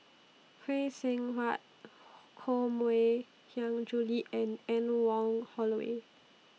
Phay Seng Whatt Koh Mui Hiang Julie and Anne Wong Holloway